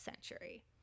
century